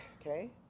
Okay